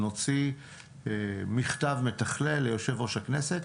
נוציא מכתב מתכלל ליושב-ראש הכנסת.